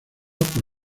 por